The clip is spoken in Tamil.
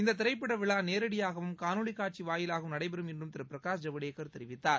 இந்த திரைப்பட விழா நேரடியாகவும் காணொலி காட்சி வாயிலாகவும் நடைபெறும் என்றும் திரு பிரகாஷ் ஜவடேகர் தெரிவித்தார்